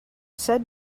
said